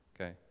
Okay